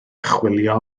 chwilio